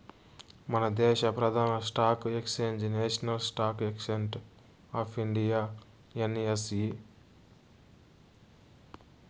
మనదేశ ప్రదాన stock exchange national stock exchange of India NSE